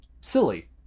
silly